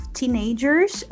teenagers